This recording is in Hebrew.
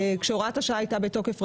כשהוראת השעה הייתה בתוקף,